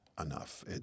enough